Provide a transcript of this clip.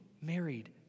married